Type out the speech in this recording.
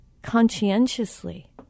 conscientiously